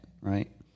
right